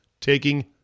taking